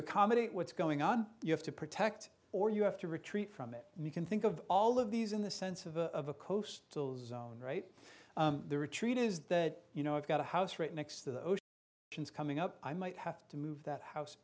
accommodate what's going on you have to protect or you have to retreat from it and you can think of all of these in the sense of a coastal zone right the retreat is that you know i've got a house right next to the ocean coming up i might have to move that house